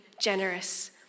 generous